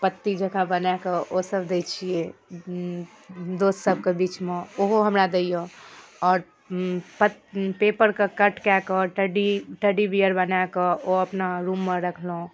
पत्तीजकाँ बनाकऽ ओसब दै छिए दोस्तसबके बीचमे ओहो हमरा दैए आओर पेपरके कट कऽ कऽ टेडी टेडी बिअर बनाकऽ ओ अपना रूममे रखलहुँ